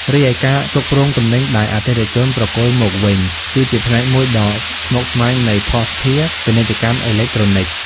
រីឯការគ្រប់គ្រងទំនិញដែលអតិថិជនប្រគល់មកវិញ គឺជាផ្នែកមួយដ៏ស្មុគស្មាញនៃភស្តុភារ ពាណិជ្ជកម្មអេឡិចត្រូនិក។